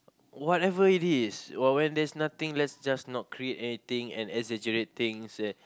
whatever it is while when there is nothing let's not create anything or exaggerate things